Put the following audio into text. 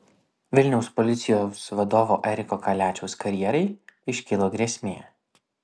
vilniaus policijos vadovo eriko kaliačiaus karjerai iškilo grėsmė